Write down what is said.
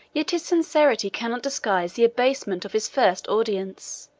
yet his sincerity cannot disguise the abasement of his first audience.